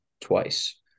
twice